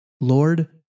Lord